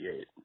eight